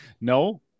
No